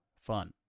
Fun